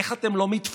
איך אתם לא מתפדחים?